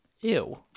Ew